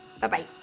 Bye-bye